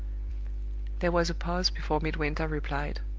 there was a pause before midwinter replied.